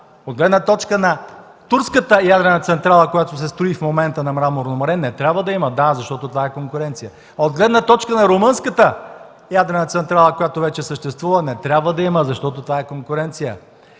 От гледна точка на турската ядрена централа, която се строи в момента на Мраморно море, не трябва да има, да, защото това е конкуренция! От гледна точка на румънската ядрена централа, която вече съществува, не трябва да има, защото това е конкуренция!